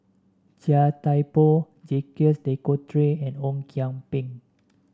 Chia Thye Poh Jacques De Coutre and Ong Kian Peng